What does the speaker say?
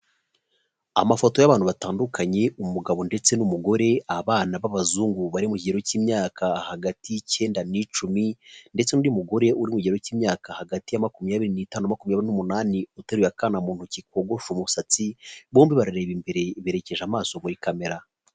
Amafoto y'abantu batandukanye umugabo ndetse n'umugore, abana b'abazungu bari mu kigero cy'imyaka hagati y'icyenda ni cumi ndetse n'undi mugore uri mu kigero cy'imyaka hagati ya makumyabiri n'itanu na makumyabiri n'umunani uteruye akana mu ntoki kogoshe umusatsi, bombi barareba imbere berekeje amaso muri kamera.